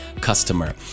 customer